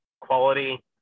quality